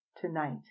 tonight